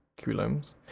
coulombs